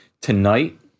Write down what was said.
Tonight